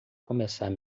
começar